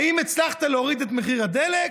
האם הצלחת להוריד את מחירי הדלק?